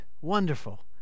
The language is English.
wonderful